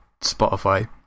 Spotify